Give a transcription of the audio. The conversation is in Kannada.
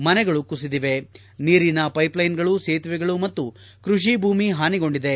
ಮನೆಗಳು ಕುಸಿದಿವೆ ನೀರಿನ ಪೈಪ್ಲೈನ್ಗಳು ಸೇತುವೆಗಳು ಮತ್ತು ಕೃಷಿ ಭೂಮಿ ಹಾನಿಗೊಂಡಿದೆ